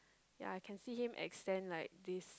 ya I can see him extend like this